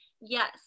yes